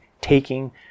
taking